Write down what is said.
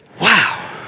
wow